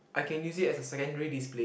I can use it as a secondary display